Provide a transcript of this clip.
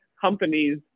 companies